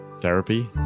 therapy